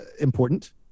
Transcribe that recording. important